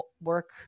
work